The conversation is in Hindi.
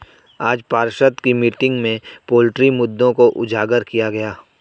आज पार्षद की मीटिंग में पोल्ट्री मुद्दों को उजागर किया गया